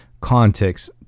context